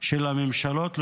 של הממשלות לדורותיהן.